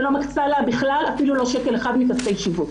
ולא מקצה לה בכלל אפילו לא שקל אחד מכספי השיווק.